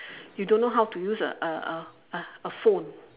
you don't know how to use a a a a phone